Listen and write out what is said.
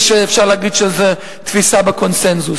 אני חושב שאפשר להגיד שזו תפיסה בקונסנזוס.